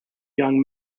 young